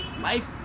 Life